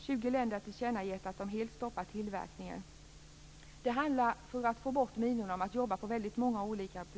20 länder har tillkännagett att de helt stoppat tillverkningen. För att få bort minorna handlar det om att jobba på väldigt många olika plan.